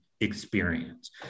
experience